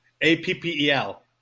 A-P-P-E-L